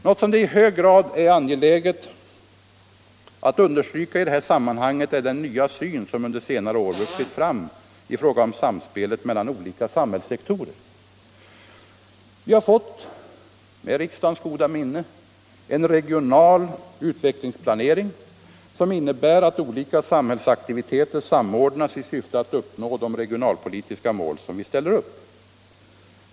Något som det i hög grad är angeläget att understryka i det här sammanhanget är den nya syn som under senare år vuxit fram i fråga om samspelet mellan olika samhällssektorer. Vi har med riksdagens goda minne fått en regional utvecklingsplanering, som innebär att olika samhällsaktiviteter samordnas i syfte att uppnå de regionalpolitiska mål som uppställs.